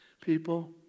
People